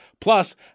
Plus